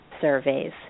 surveys